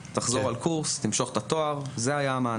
לחזור על קורס, למשוך את התואר, זה היה המענה.